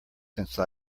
since